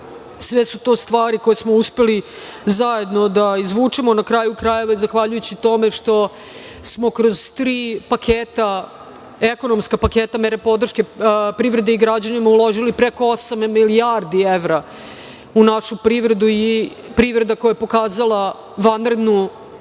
Sve su to stvari koje smo uspeli zajedno da izvučemo. Na kraju krajeva, zahvaljujući tome što smo kroz tri ekonomska paketa mere podrške privrede i građanima uložili preko osam milijardi evra u našu privredu i privreda koja je pokazala vanrednu